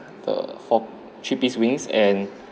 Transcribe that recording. the four three piece wings and